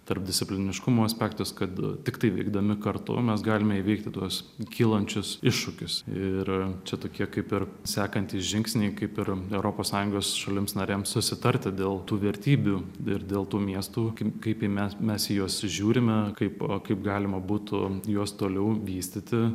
tarpdiscipliniškumo aspektas kad tiktai veikdami kartu mes galime įveikti tuos kylančius iššūkius ir čia tokie kaip ir sekantys žingsniai kaip ir europos sąjungos šalims narėms susitarti dėl tų vertybių ir dėl tų miestų kaip į mes mes į juos žiūrime kaip kaip galima būtų juos toliau vystyti